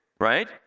right